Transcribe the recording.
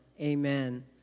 Amen